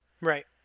Right